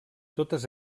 totes